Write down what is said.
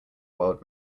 world